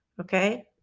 Okay